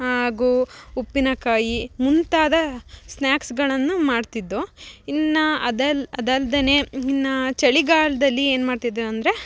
ಹಾಗೂ ಉಪ್ಪಿನಕಾಯಿ ಮುಂತಾದ ಸ್ನಾಕ್ಸ್ಗಳನ್ನು ಮಾಡ್ತಿದ್ದೋ ಇನ್ನು ಅದಲ್ಲ ಅದಲ್ದೇ ಇನ್ನ ಚಳಿಗಾಲದಲ್ಲಿ ಏನು ಮಾಡ್ತಿದ್ದೋ ಅಂದರೆ